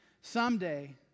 someday